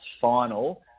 Final